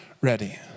ready